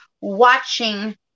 Watching